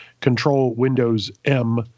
Control-Windows-M